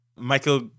Michael